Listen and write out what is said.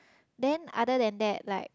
then other than that like